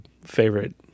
favorite